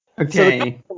Okay